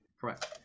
Correct